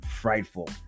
frightful